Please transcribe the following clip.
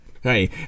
hey